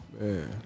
Man